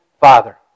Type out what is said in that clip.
Father